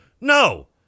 No